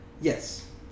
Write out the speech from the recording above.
Yes